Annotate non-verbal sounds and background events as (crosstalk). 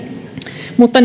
mutta (unintelligible)